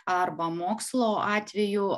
arba mokslo atveju